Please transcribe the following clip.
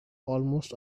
almost